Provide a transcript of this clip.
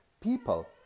people